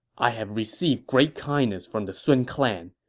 i have received great kindness from the sun clan.